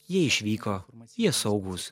jie išvyko jie saugūs